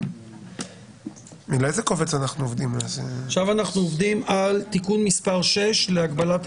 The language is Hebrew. בגל דלתא אנחנו יודעים למשל שכ-10% מאוכלוסיות